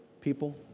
people